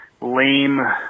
lame